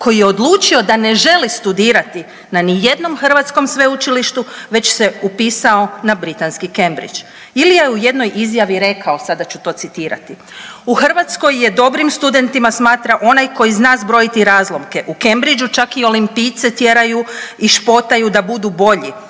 koji je odlučio da ne želi studirati na ni jednom hrvatskom sveučilištu već se upisao na britanski Cambridge. Ilija je u jednoj izjavi rekao, sada ću to citirati, u Hrvatskoj je dobrim studentima smatra onaj koji zna zbrojiti razlomke, u Cambridge-u čak i olimpijce tjeraju i špotaju da budu bolji,